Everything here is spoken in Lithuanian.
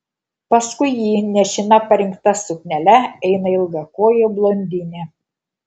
paskui jį nešina parinkta suknele eina ilgakojė blondinė